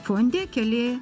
fonde keli